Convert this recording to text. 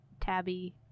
Tabby